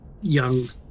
young